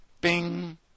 Bing